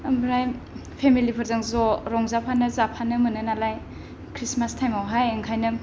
ओमफ्राय फेमिलिफोरजों ज' रंजाफानो जाफानो मोनो नालाय खृष्टमास थाइमावहाय ओंखायनो